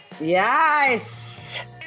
Yes